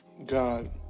God